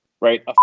right